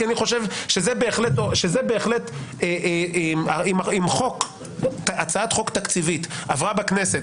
כי אני חושב שאם הצעת חוק תקציבית עברה בכנסת